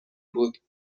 بود